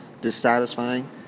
dissatisfying